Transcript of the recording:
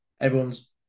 everyone's